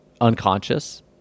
unconscious